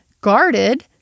guarded